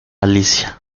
alicia